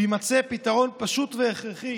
ויימצא פתרון פשוט והכרחי